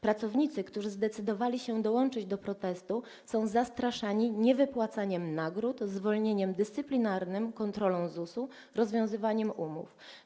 Pracownicy, którzy zdecydowali się dołączyć do protestu, są zastraszani, straszeni niewypłacaniem nagród, zwolnieniem dyscyplinarnym, kontrolą ZUS-u i rozwiązywaniem umów.